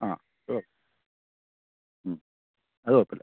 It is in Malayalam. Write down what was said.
ആ ഓ മ് അത് കുഴപ്പം ഇല്ല